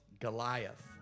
Goliath